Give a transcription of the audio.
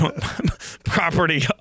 property